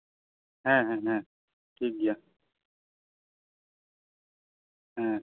ᱦᱮᱸ ᱦᱮᱸ ᱦᱮᱸ ᱴᱷᱤᱠᱜᱮᱭᱟ